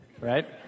right